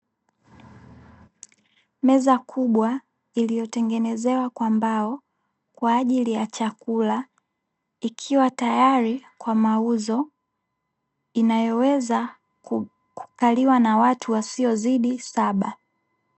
Meza kubwa iliyotengenezewa kwa mbao kwa ajili ya chakula, ikiwa tayari kwa mauzo inayoweza kukaliwa na watu wasio zidi saba.